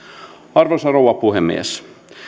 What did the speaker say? arvoisa rouva puhemies